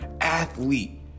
athlete